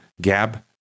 Gab